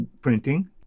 printing